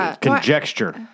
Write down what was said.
Conjecture